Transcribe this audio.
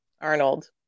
Arnold